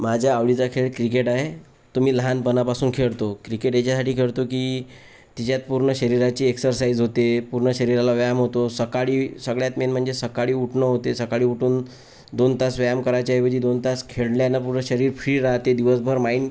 माझ्या आवडीचा खेळ क्रिकेट आहे तो मी लहानपणापासून खेळतो क्रिकेट याच्यासाठी खेळतो की तिच्यात पूर्ण शरीराची एक्झरसाइज होते पूर्ण शरीराला व्यायाम होतो सकाळी सगळ्यात मेन म्हणजे सकाळी उठणं होते सकाळी उठून दोन तास व्यायाम करायच्या ऐवजी दोन तास खेळल्यानं पूर्ण शरीर फ्री राहते दिवसभर माइंड